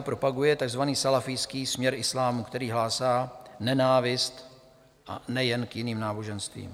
Propaguje takzvaný salafijský směr islámu, který hlásá nenávist nejen k jiným náboženstvím.